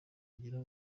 agira